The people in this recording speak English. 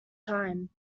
time